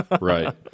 Right